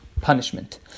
punishment